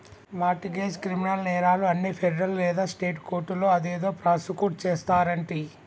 mart గెజ్, criminal నేరాలు అన్ని federal లేదా స్టేట్ కోర్టులో అదేదో ప్రాసుకుట్ చేస్తారంటి